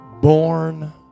born